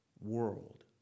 world